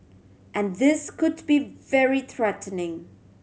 and this could be very threatening